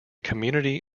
community